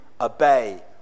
obey